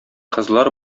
кызлар